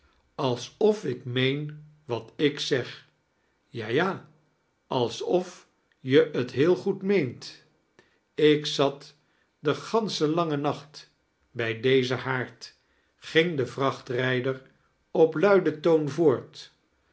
alsof ik meen wat ik zeg ja ja alsof je t heel goed meent ik zat den ganschen langen nacht bij dezen haard ging de vrachtfrijder op luiden toon voort